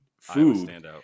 food